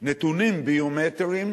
נתונים ביומטריים